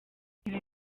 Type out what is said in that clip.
ibi